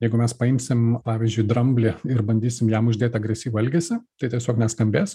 jeigu mes paimsim pavyzdžiui dramblį ir bandysim jam uždėt agresyvų elgesį tai tiesiog neskambės